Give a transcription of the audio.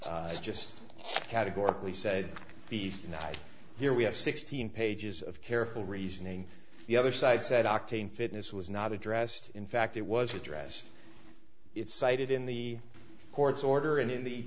it's just categorically said these tonight here we have sixteen pages of careful reasoning the other side said octane fitness was not addressed in fact it was addressed it cited in the court's order and in the